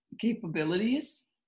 capabilities